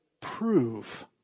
Prove